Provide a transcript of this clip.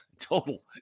total